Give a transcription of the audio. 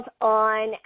on